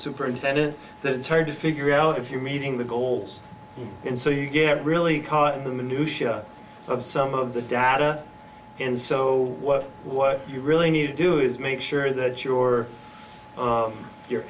superintendent that it's hard to figure out if you're meeting the goals and so you get really caught in the minutia of some of the data and so what what you really need to do is make sure that you're on your